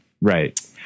Right